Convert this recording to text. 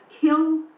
kill